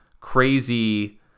crazy